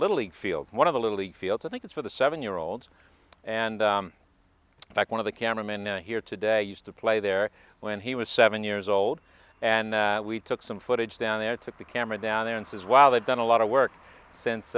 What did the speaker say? little league field one of the little league fields i think it's for the seven year olds and back one of the cameramen here today used to play there when he was seven years old and we took some footage down there took the camera down there and says wow they've done a lot of work since